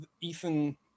Ethan